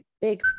big